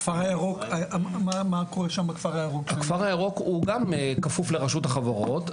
הכפר הירוק הוא גם כפוף לרשות החברות,